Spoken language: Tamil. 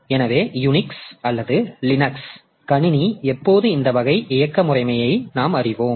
எனவே யூனிக்ஸ் அல்லது லினக்ஸ் கணினி எப்போது இந்த வகை இயக்க முறைமைகளை நாம் அறிவோம்